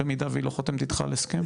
במידה והיא לא חותמת איתך על הסכם?